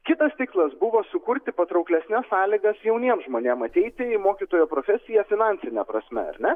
kitas tikslas buvo sukurti patrauklesnes sąlygas jauniem žmonėm ateiti į mokytojo profesiją finansine prasme ar ne